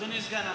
אדוני סגן השר.